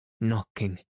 knocking